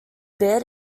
bid